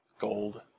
gold